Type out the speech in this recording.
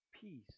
peace